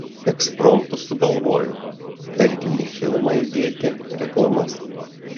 ekspromtu sugalvojau tarkim į filmą įdėti reklamas